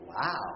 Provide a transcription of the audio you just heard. Wow